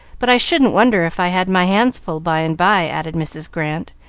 but i shouldn't wonder if i had my hands full by and by, added mrs. grant,